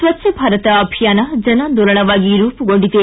ಸ್ವಜ್ಞ ಭಾರತ ಅಭಿಯಾನ ಜನಾಂದೋಲನವಾಗಿ ರೂಮಗೊಂಡಿದೆ